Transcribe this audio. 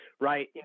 right